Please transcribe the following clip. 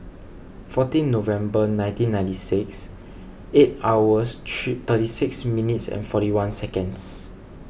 fourteen November nineteen ninety six eight hours three thirty six minutes and forty one